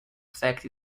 effect